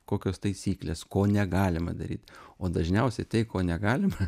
kokios taisyklės ko negalima daryt o dažniausiai tai ko negalima